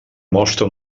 mostra